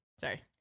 Sorry